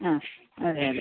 ആ അതെ അതെ